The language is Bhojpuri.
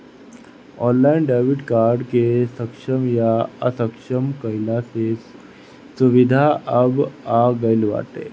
ऑनलाइन डेबिट कार्ड के सक्षम या असक्षम कईला के सुविधा अब आ गईल बाटे